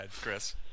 Chris